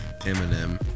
Eminem